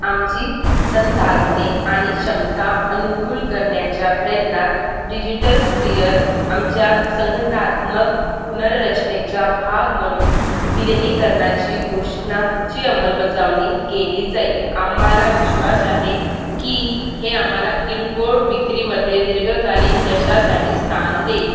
आमची संसाधने आणि क्षमता अनुकूल करण्याच्या प्रयत्नात डिजिटल स्पीयर आमच्या संघटनात्मक पुनर्रचनेच्या भाग म्हणून विलिनीकरणाची घोषणेची अंमलबजावणी केली जाईल आम्हाला विश्वास आहे की हे आम्हाला किरकोळ विक्रीमध्ये दीर्घकालीन यशासाठी स्थान देईल